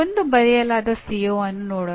ಒಂದು ಬರೆಯಲಾದ ಸಿಒ ಅನ್ನು ನೋಡೋಣ